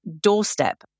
doorstep